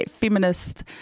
feminist